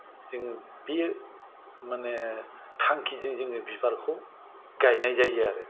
जों बे माने थांखिजों जोङो बिबारखौ गायनाय जायो आरो